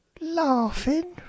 laughing